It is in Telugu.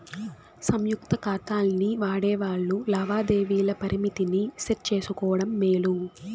సంయుక్త కాతాల్ని వాడేవాల్లు లావాదేవీల పరిమితిని సెట్ చేసుకోవడం మేలు